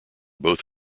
both